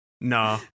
no